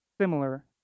similar